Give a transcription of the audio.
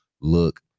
look